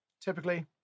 typically